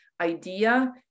idea